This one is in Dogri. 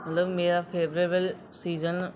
मतलब मेरा फेबेरेवल सीजन